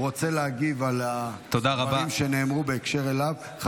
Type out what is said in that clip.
הוא רוצה להגיב על הדברים שנאמרו בהקשר אליו.